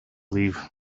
leave